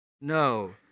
No